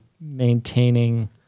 maintaining